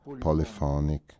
polyphonic